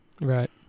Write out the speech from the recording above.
Right